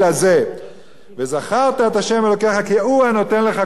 וזכרת את ה' אלוקיך כי הוא הנותן לך כוח לעשות חיל.